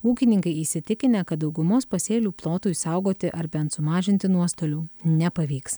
ūkininkai įsitikinę kad daugumos pasėlių plotų išsaugoti ar bent sumažinti nuostolių nepavyks